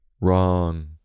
Wrong